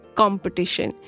competition